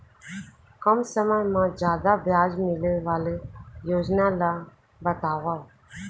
कम समय मा जादा ब्याज मिले वाले योजना ला बतावव